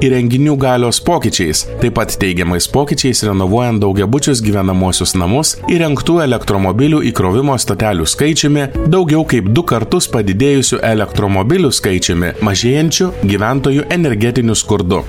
įrenginių galios pokyčiais taip pat teigiamais pokyčiais renovuojant daugiabučius gyvenamuosius namus įrengtų elektromobilių įkrovimo stotelių skaičiumi daugiau kaip du kartus padidėjusiu elektromobilių skaičiumi mažėjančiu gyventojų energetiniu skurdu